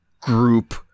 group